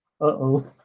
uh-oh